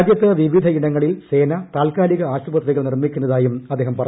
രാജ്യത്ത് വിവിധ ഇടങ്ങളിൽ സേന താത്കാലിക ആശ്ചുപത്രികൾ നിർമ്മിക്കുന്നതായും അദ്ദേഹം പറഞ്ഞു